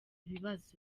ibibazo